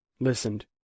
Listened